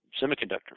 semiconductor